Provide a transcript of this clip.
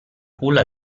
culla